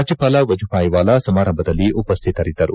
ರಾಜ್ಯಪಾಲ ವಜೂಭಾಯಿ ವಾಲಾ ಸಮಾರಂಭದಲ್ಲಿ ಉಪಸ್ಥಿತರಿದ್ದರು